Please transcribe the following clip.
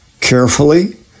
carefully